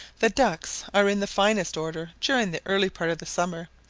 the ducks are in the finest order during the early part of the summer,